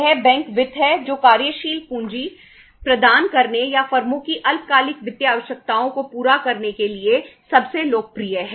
यह बैंक वित्त है जो कार्यशील पूंजी प्रदान करने या फर्मों की अल्पकालिक वित्तीय आवश्यकताओं को पूरा करने के लिए सबसे लोकप्रिय है